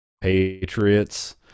Patriots